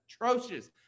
atrocious